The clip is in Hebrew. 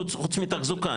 חוץ מתחזוקה,